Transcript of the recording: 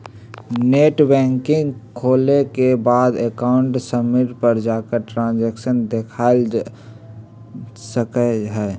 net banking खोले के बाद अकाउंट समरी पर जाकर ट्रांसैक्शन देखलजा सका हई